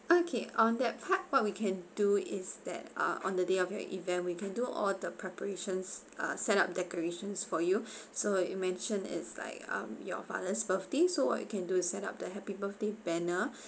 okay on that part what we can do is that uh on the day of your event we can do all the preparations uh set up decorations for you so you mention is like um your father's birthday so what we can is set up the happy birthday banner